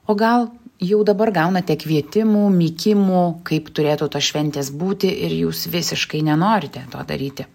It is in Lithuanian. o gal jau dabar gaunate kvietimų mykimų kaip turėtų tos šventės būti ir jūs visiškai nenorite to daryti